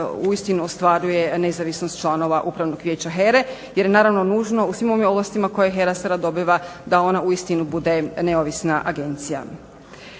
istinu ostvaruje nezavisnost članova Upravnog vijeća HERA-e jer naravno nužno u svim ovim ovlastima koje HERA sada dobiva da ona uistinu bude neovisna agencija.